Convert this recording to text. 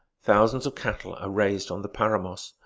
thousands of cattle are raised on the paramos,